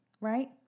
right